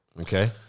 Okay